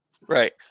Right